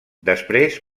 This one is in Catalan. després